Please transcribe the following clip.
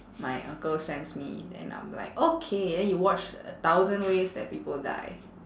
my uncle sends me then I'm like okay then you watch a thousand ways that people die